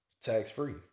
tax-free